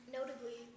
Notably